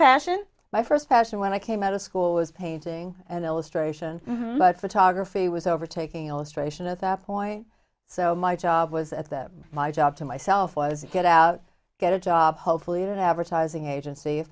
passion my first passion when i came out of school was painting and illustration but photography was overtaking illustration at that point so my job was at that my job to myself was get out get a job hopefully in an advertising agency if